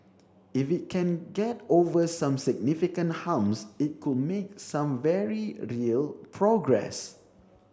if it can get over some significant humps it could make some very real progress